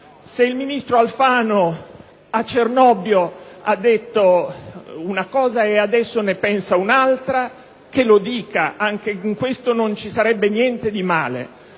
Se il ministro Alfano a Cernobbio ha detto una cosa e adesso ne pensa un'altra, che lo dica: anche in questo non ci sarebbe niente di male.